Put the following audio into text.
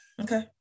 Okay